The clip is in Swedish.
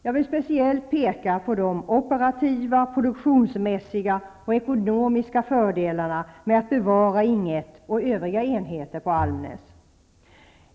Jag vill speciellt peka på de operativa, produktionsmässiga och ekonomiska fördelarna med att bevara Ing 1 och övriga enheter på Almnäs.